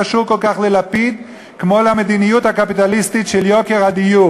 זה לא קשור כל כך ללפיד כמו למדיניות הקפיטליסטית של יוקר הדיור.